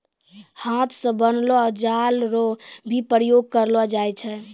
हाथ से बनलो जाल रो भी प्रयोग करलो जाय छै